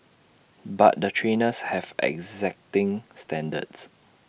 but the trainers have exacting standards